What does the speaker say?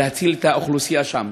להציל את האוכלוסייה שם?